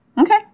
Okay